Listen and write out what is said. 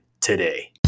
today